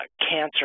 cancer